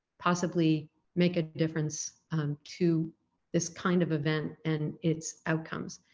possibly make a difference to this kind of event and its outcomes.